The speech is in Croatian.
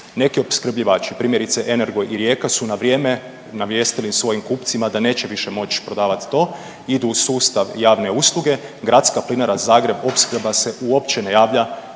Neki opskrbljivači primjerice Energo i Rijeka su na vrijeme navijestili svojim kupcima da neće više prodavati to, idu u sustav javne usluge, Gradska plinara Zagreb Opskrba se uopće ne javlja